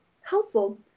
helpful